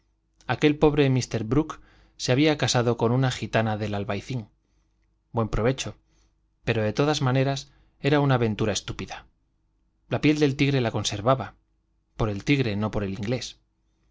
aquel pobre mr brooke se había casado con una gitana del albaicín buen provecho pero de todas maneras era una aventura estúpida la piel del tigre la conservaba por el tigre no por el inglés